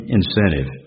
incentive